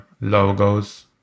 logos